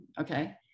okay